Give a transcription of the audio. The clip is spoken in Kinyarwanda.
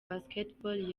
basketball